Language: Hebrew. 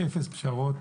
אפס פשרות,